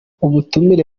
ubutumire